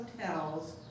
hotels